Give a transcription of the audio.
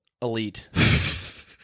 Elite